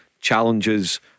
challenges